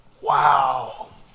Wow